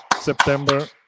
September